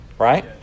Right